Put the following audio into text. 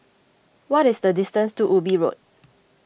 what is the distance to Ubi Road